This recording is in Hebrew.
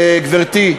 גברתי,